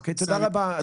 תודה רבה.